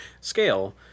scale